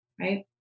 right